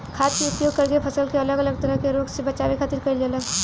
खाद्य के उपयोग करके फसल के अलग अलग तरह के रोग से बचावे खातिर कईल जाला